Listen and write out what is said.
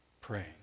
praying